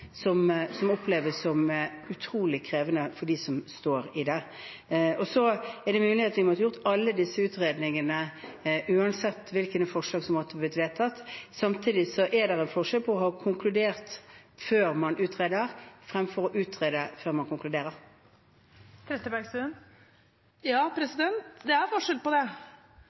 som oppleves som utrolig krevende for dem som står i det. Det er mulig at vi måtte ha gjort alle disse utredningene uansett hvilke forslag som ville blitt vedtatt. Samtidig er det en forskjell på å ha konkludert før man utreder, og det å utrede før man konkluderer. Anette Trettebergstuen – til oppfølgingsspørsmål. Ja, det er forskjell på det.